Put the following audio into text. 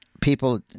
people